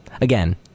again